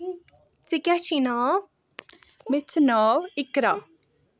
ژےٚ کیٛاہ چھِی ناو مےٚ چھُ ناو اِقرا